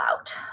out